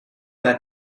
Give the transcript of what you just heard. got